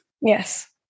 Yes